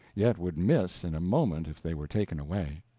yet would miss in a moment if they were taken away.